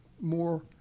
more